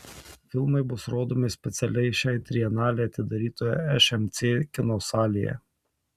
filmai bus rodomi specialiai šiai trienalei atidarytoje šmc kino salėje